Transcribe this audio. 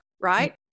right